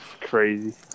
Crazy